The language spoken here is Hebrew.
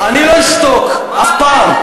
אני לא אשתוק אף פעם.